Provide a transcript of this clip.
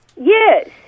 Yes